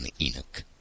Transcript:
Enoch